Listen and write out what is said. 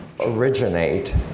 originate